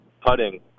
putting